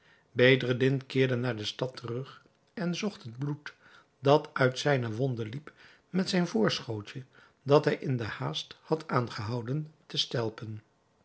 bedreddin keerde naar de stad terug en zocht het bloed dat uit zijne wonde liep met zijn voorschootje dat hij in der haast had aangehouden te stelpen